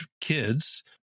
kids